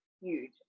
huge